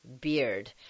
beard